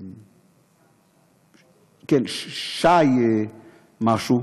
כן, שי משהו,